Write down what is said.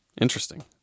Interesting